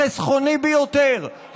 החסכוני ביותר,